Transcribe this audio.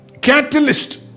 catalyst